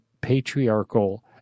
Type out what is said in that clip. patriarchal